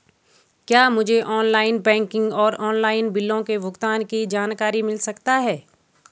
क्या मुझे online banking और ऑनलाइन बिलों के भुगतान की जानकारी मिल सकता है?